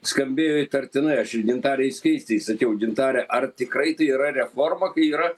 skambėjo įtartinai aš ir gintarei skaistei sakiau gintare ar tikrai tai yra reforma kai yra